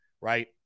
right